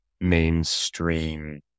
mainstream